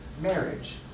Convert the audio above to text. marriage